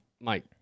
Mike